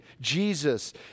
Jesus